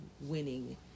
winning